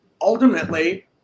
ultimately